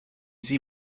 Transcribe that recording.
sie